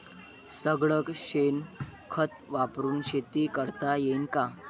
सगळं शेन खत वापरुन शेती करता येईन का?